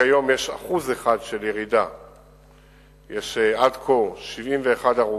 וכיום יש ירידה של 1%. יש עד כה 71 הרוגים,